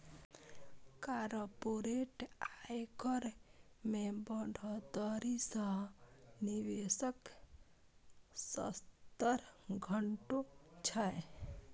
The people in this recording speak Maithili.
कॉरपोरेट आयकर मे बढ़ोतरी सं निवेशक स्तर घटै छै